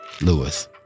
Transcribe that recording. Lewis